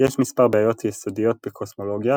יש מספר בעיות יסודיות בקוסמולוגיה,